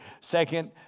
second